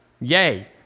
yay